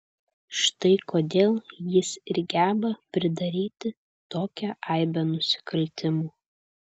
štai kodėl jis ir geba pridaryti tokią aibę nusikaltimų